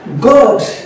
God